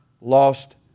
lost